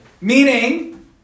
meaning